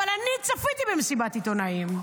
אבל אני צפיתי במסיבת העיתונאים,